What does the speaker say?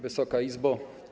Wysoka Izbo!